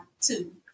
two